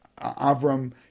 Avram